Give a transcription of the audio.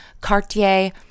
Cartier